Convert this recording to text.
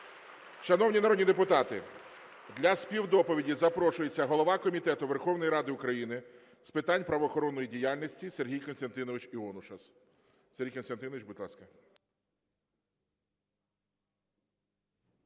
Шановні народні депутати, для співдоповіді запрошується голова Комітету Верховної Ради України з питань правоохоронної діяльності Сергій Костянтинович Іонушас. Сергію Костянтиновичу, будь ласка.